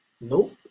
Nope